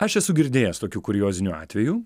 aš esu girdėjęs tokių kuriozinių atvejų